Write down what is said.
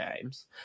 games